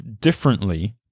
differently